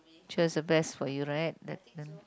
cher is the best for you right